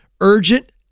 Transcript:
urgent